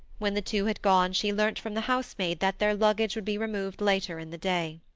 when the two had gone she learnt from the housemaid that their luggage would be removed later in the day.